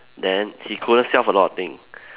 then he couldn't sell for a lot of thing